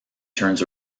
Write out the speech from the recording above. turns